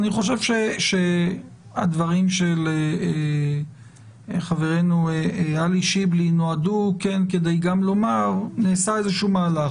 אני חושב שהדברים של מר שיבלי נועדו לומר שנעשה מהלך,